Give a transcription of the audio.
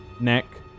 neck